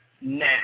Nah